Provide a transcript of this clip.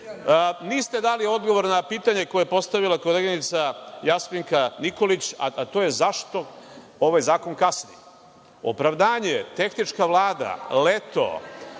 dali odgovore na pitanja koje je postavila koleginica Jasminka Nikolić, a to je – zašto ovaj zakon kasni? Opravdanje – tehnička Vlada, leto.